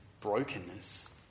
brokenness